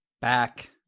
Back